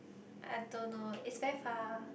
I don't know is very far